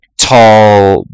tall